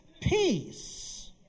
Peace